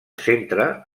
centre